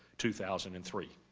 two thousand and three